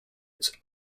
its